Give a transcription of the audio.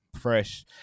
fresh